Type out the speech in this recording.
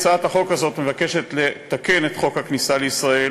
הצעת החוק הזאת מבקשת לתקן את חוק הכניסה לישראל